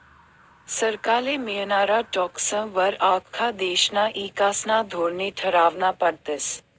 सरकारले मियनारा टॅक्सं वर आख्खा देशना ईकासना धोरने ठरावना पडतस